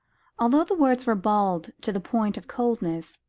although the words were bald to the point of coldness,